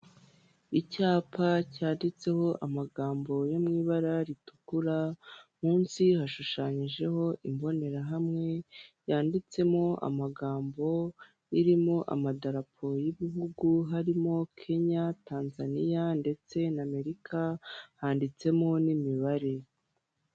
Icyapa cyanditseho amagambo yo mu ibara ritukura munsi hashushanyijeho imbonerahamwe yanditsemo amagambo irimo amadarapo y'ibihugu harimo Kenya Tanzania ndetse n'Amerika handitsemo n'imibare.